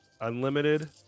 Unlimited